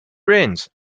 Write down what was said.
rains